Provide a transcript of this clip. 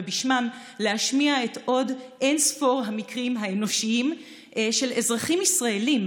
ובשמם להשמיע את עוד אין ספור המקרים האנושיים של אזרחים ישראלים.